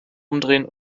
umdrehen